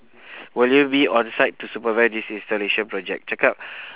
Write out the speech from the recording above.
will you be on-site to supervise this installation project cakap